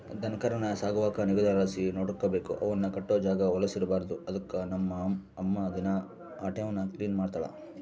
ದನಕರಾನ ಸಾಕುವಾಗ ನಿಗುದಲಾಸಿ ನೋಡಿಕಬೇಕು, ಅವುನ್ ಕಟ್ಟೋ ಜಾಗ ವಲುಸ್ ಇರ್ಬಾರ್ದು ಅದುಕ್ಕ ನಮ್ ಅಮ್ಮ ದಿನಾ ಅಟೇವ್ನ ಕ್ಲೀನ್ ಮಾಡ್ತಳ